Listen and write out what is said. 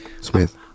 Smith